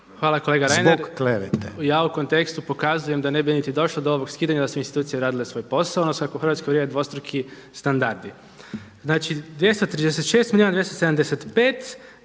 Hvala kolega Reiner. Ja u kontekstu pokazujem da ne bi niti došlo do ovog skidanja da su institucije radile svoj posao, odnosno ako u Hrvatskoj vrijede dvostruki standardi. Znači 236 milijuna, 275 i onda